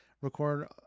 record